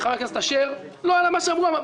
אף אחד לא חוקר ילד בלי הכשרה מתאימה.